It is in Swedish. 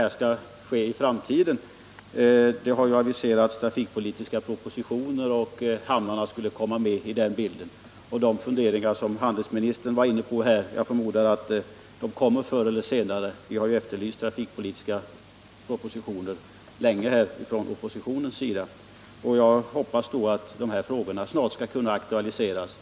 Trafikpolitiska propositioner har aviserats och det har nämnts att hamnarna skulle komma in i bilden i det sammanhanget — handelsministern var inne på sådana funderingar här. Jag förmodar också att de kommer förr eller senare — vi har ju från oppositionens sida länge efterlyst trafikpolitiska propositioner — och jag hoppas att de här frågorna då snart skall aktualiseras.